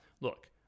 Look